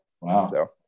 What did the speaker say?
Wow